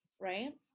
right